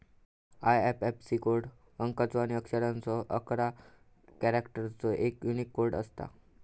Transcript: IFSC code अंकाचो आणि अक्षरांचो अकरा कॅरेक्टर्सचो एक यूनिक कोड असता